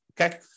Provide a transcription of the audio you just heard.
Okay